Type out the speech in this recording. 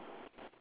ya